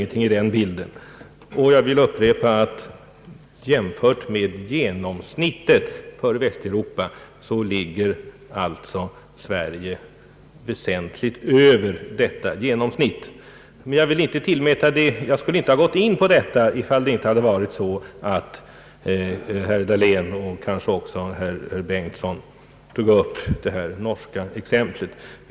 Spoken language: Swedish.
Detta ändrar inget i denna bild. Jag vill också upprepa att Sverige ligger väsentligt över genomsnittet för Västeuropa. Jag skulle emellertid inte ha gått in på detta om inte herr Dahlén och även herr Bengtson hade tagit upp det norska exemplet.